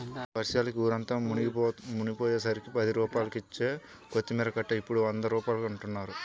వర్షాలకి ఊరంతా మునిగిపొయ్యేసరికి పది రూపాయలకిచ్చే కొత్తిమీర కట్ట ఇప్పుడు వంద రూపాయలంటన్నారు